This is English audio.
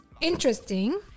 interesting